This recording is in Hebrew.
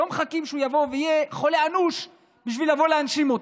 לא מחכים שהוא יהיה חולה אנוש בשביל לבוא ולהנשים אותו.